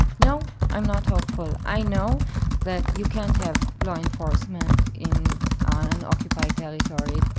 no, i'm not hopeful. i know that you can't have law enforcement in ah an occupied territory.